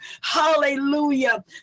hallelujah